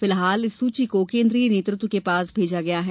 फिलहाल इस सूची को केन्द्रीय नेतृत्व के पास भेजा गया है